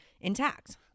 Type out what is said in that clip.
intact